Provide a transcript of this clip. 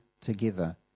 together